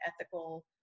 ethical